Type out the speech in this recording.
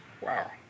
Wow